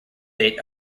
date